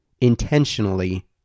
intentionally